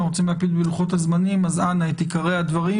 רבה, אדוני,